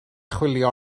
chwilio